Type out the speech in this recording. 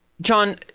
John